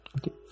Okay